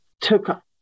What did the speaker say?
took